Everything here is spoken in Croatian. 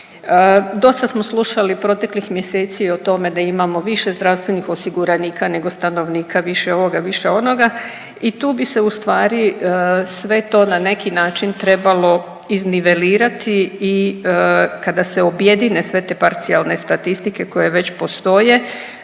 Dosta smo slušali proteklih mjeseci o tome da imamo više zdravstvenih osiguranika nego stanovnika, više ovoga, više onoga i tu bi se ustvari sve to na neki način trebalo iznivelirati i kada se objedine sve te parcijalne statistike koje već postoje